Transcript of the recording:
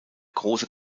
große